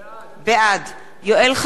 בעד יואל חסון,